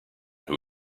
who